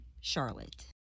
charlotte